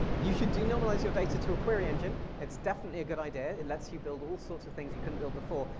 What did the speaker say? you should denormalize your data to a query engine, it's definitely a good idea, it lets you build all sorts of things you couldn't build before.